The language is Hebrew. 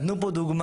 נתנו פה דוגמה,